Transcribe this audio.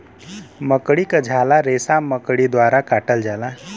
मकड़ी क झाला रेसा मकड़ी द्वारा काटल जाला